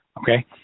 Okay